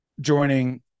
joining